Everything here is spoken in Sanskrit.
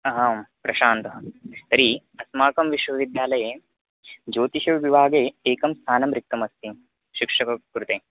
ह हां प्रशान्तः तर्हि अस्माकं विश्वविद्यालये ज्योतिषविभागे एकं स्थानं रिक्तमस्ति शिक्षकस्य कृते